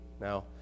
Now